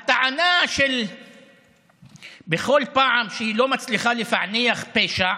הטענה, בכל פעם שהיא לא מצליחה לפענח פשע,